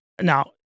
now